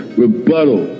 rebuttal